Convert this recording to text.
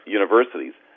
universities